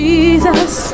Jesus